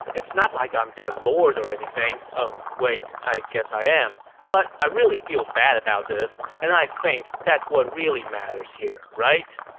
it's not like i'm their lord or anything. oh wait, i guess i am, but i really feel bad about this, and i think that's what really matters, right?